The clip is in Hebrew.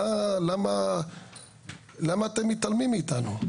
למה אתם מתעלמים מאיתנו?